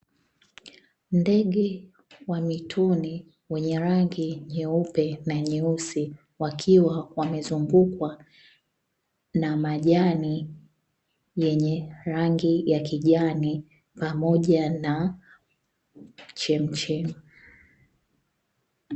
Ndege wa mwituni wenye na rangi nyeupe na nyeusi, wakiwa wamezungukwa na majani yenye rangi ya kijani pamoja na chemchemi.